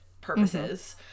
purposes